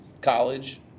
college